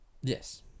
Yes